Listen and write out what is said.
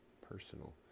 personal